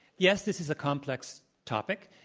yes, this is a complex topic,